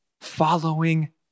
following